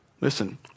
Listen